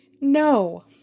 No